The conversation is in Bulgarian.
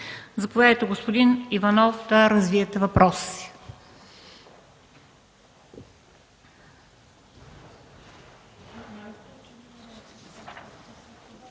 Заповядайте, господин Иванов, да развиете въпроса